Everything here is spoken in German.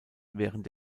während